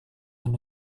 anda